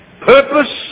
purpose